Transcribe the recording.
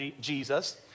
Jesus